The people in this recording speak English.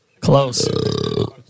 Close